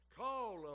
call